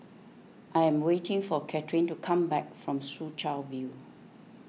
I am waiting for Kathrine to come back from Soo Chow View